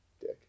Dick